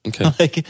Okay